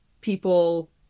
people